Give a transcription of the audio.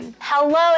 Hello